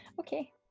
okay